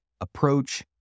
approach